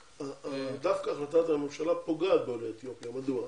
דווקא החלטת הממשלה פוגעת בעולי אתיופיה, מדוע?